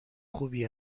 خوبی